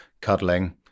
cuddling